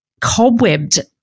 cobwebbed